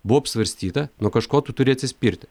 buvo apsvarstyta nuo kažko tu turi atsispirti